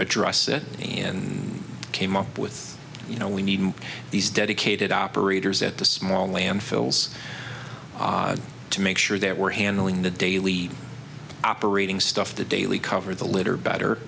address it in came up with you know we need these dedicated operators at the small landfills to make sure that we're handling the daily operating stuff the daily cover the litter better